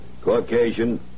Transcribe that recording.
Caucasian